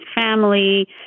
family